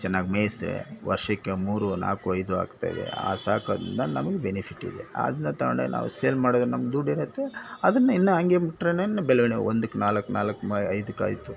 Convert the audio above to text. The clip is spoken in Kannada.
ಚೆನ್ನಾಗ್ ಮೇಯಿಸಿದ್ರೆ ವರ್ಷಕ್ಕೆ ಮೂರು ನಾಲ್ಕು ಐದು ಹಾಕ್ತವೆ ಸಾಕೋದರಿಂದ ನಮ್ಗೆ ಬೆನಿಫಿಟ್ ಇದೆ ಅದನ್ನ ತಗೊಂಡೋಗಿ ನಾವು ಸೇಲ್ ಮಾಡಿದರೆ ನಮ್ಗೆ ದುಡ್ಡು ಇರುತ್ತೆ ಅದನ್ನು ಇನ್ನು ಹಂಗೆ ಬಿಟ್ರೇನೆ ಬೆಳವಣ್ಗೆ ಒಂದಕ್ಕೆ ನಾಲ್ಕು ನಾಲ್ಕು ಐದಕ್ಕೆ ಆಯಿತು